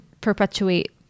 perpetuate